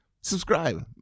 subscribe